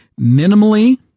minimally